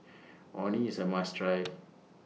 Orh Nee IS A must Try